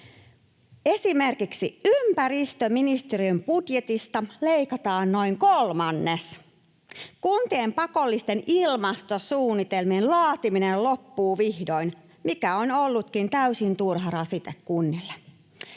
Esimerkiksi ympäristöministeriön budjetista leikataan noin kolmannes. Kuntien pakollisten ilmastosuunnitelmien laatiminen loppuu vihdoin, mikä on ollutkin täysin turha rasite kunnille.